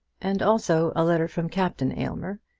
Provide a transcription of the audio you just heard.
and also a letter from captain aylmer,